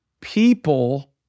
people